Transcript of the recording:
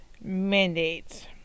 mandates